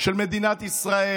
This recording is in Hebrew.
של מדינת ישראל,